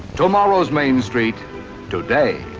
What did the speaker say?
tomorrow's main street today.